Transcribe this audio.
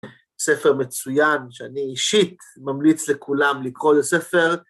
ספר מצוין שאני אישית ממליץ לכולם לקרוא לספר.